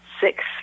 six